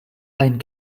ein